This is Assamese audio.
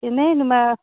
এনেই